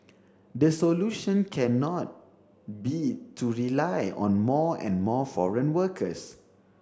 the solution cannot be to rely on more and more foreign workers